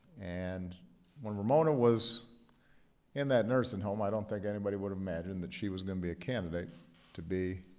and when ramona was in that nursing home, i don't think anybody would have imagined that she was going to be a candidate to be